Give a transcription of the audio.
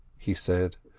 he said.